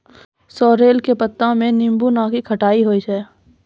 sorrel के पत्ता मॅ नींबू नाकी खट्टाई होय छै